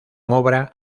obra